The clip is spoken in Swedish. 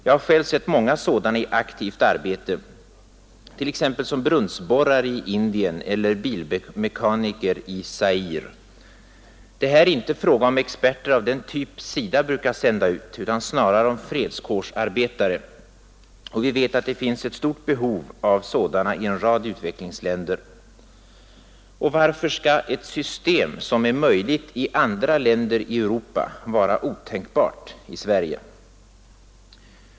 Jag har själv sett många sådana i aktivt arbete, t.ex. som brunnsborrare i Indien eller bilmekaniker i Zaire. Det är här inte fråga om experter av den typ SIDA brukar sända ut utan snarare om fredskårsarbetare, och vi vet att det finns stort behov av sådana i en rad utvecklingsländer. Varför skall ett system som är möjligt i andra länder i Europa vara otänkbart i Sverige?